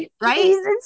Right